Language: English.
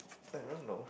I don't know